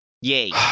Yay